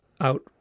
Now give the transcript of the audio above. out